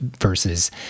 versus